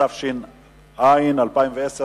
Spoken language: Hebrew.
התש"ע 2010,